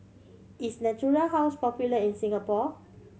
is Natura House popular in Singapore